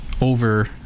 over